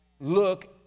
Look